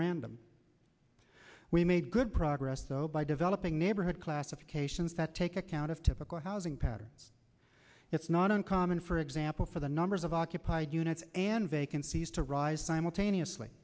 random we made good progress so by developing neighborhood classifications that take account of typical housing patterns it's not uncommon for example for the numbers of occupied units and vacancies to rise simultaneously